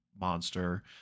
monster